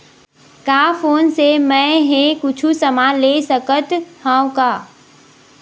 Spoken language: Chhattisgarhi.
का फोन से मै हे कुछु समान ले सकत हाव का?